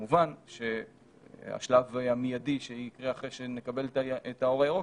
כמובן שהשלב המיידי שיקרה אחרי שנקבל את האור הירוק